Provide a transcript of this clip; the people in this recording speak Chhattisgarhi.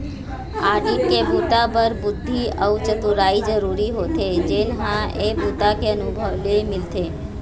आडिट के बूता बर बुद्धि अउ चतुरई जरूरी होथे जेन ह ए बूता के अनुभव ले मिलथे